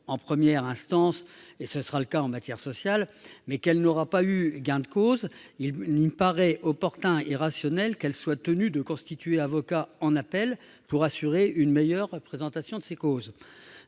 en première instance, et ce sera le cas en matière sociale, mais qu'elle n'aura pas eu gain de cause, il me paraît opportun et rationnel qu'elle soit tenue de constituer avocat en appel pour assurer une meilleure représentation de ses causes.